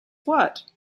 what